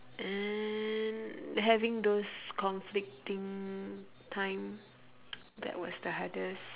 and having those conflicting time that was the hardest